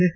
S